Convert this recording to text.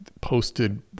posted